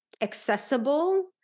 accessible